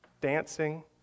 dancing